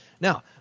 Now